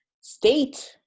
state